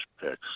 picks